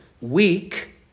weak